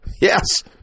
yes